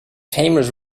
famous